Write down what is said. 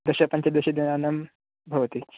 दश पञ्चदशदिनानां भवति